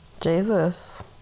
Jesus